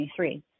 2023